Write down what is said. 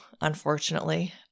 Unfortunately